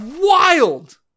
wild